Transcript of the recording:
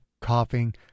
coughing